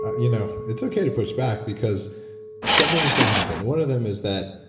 you know it's okay to pushback, because something is going to happen. one of them is that,